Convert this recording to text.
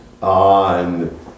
on